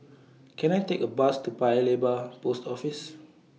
Can I Take A Bus to Paya Lebar Post Office